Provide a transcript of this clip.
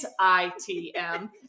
ITM